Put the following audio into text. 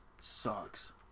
Sucks